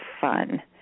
fun